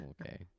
Okay